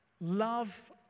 Love